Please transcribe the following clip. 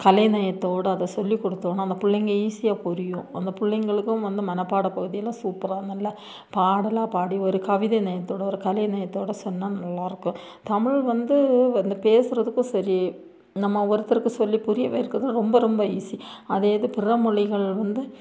கலைநயத்தோடு அதை சொல்லிக் கொடுத்தோன்னா அந்த பிள்ளைங்க ஈஸியாக புரியும் அந்த பிள்ளைங்களுக்கும் வந்து மனப்பாடப் பகுதியெலாம் சூப்பராக நல்லா பாடலாக பாடி ஒரு கவிதை நயத்தோடு ஒரு கலைநயத்தோடு சொன்னால் நல்லாயிருக்கும் தமிழ் வந்து வந்து பேசுகிறதுக்கும் சரி நம்ம ஒருத்தர்க்கு சொல்லி புரிய வைக்கிறது ரொம்ப ரொம்ப ஈஸி அதே இது பிற மொழிகள் வந்து